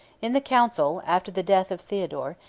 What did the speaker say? in the council, after the death of theodore,